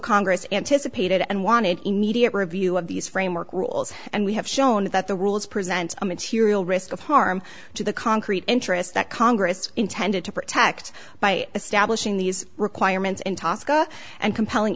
congress anticipated and wanted immediate review of these frame work rules and we have shown that the rules present a material risk of harm to the concrete interests that congress intended to protect by establishing these requirements in tosca and compelling